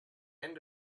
end